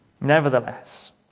Nevertheless